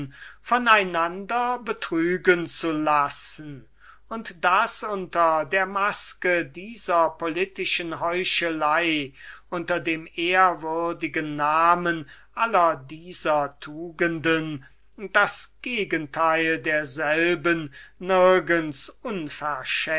von einander betrügen zu lassen und daß unter der maske dieser politischen heuchelei unter dem ehrwürdigen namen aller dieser tugenden das gegenteil derselben nirgends